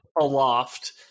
aloft